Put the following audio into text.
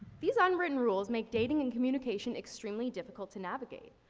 these unwritten rules make dating and communication extremely difficult to navigate.